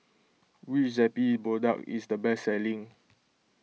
which Zappy product is the best selling